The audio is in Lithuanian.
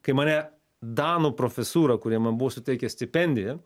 kai mane danų profesūra kurie man buvo suteikę stipendiją